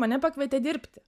mane pakvietė dirbti